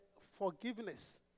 forgiveness